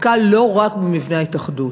עסקה לא רק במבנה ההתאחדות.